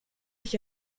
ich